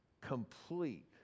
complete